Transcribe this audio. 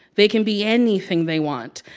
they can be anything they want.